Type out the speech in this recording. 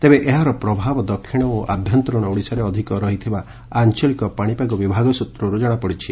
ତେବେ ଏହାର ପ୍ରଭାବ ଦକ୍ଷିଣ ଓ ଆଭ୍ୟନ୍ତରୀଣ ଓଡ଼ିଶାରେ ଅଧିକ ରହିଥିବା ଆଞ୍ଚଳିକ ପାଶିପାଗ ବିଭାଗ ସ଼୍ତ୍ରର୍ ଜଣାପଡ଼ିଛି